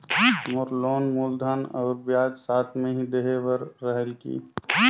मोर loan मूलधन और ब्याज साथ मे ही देहे बार रेहेल की?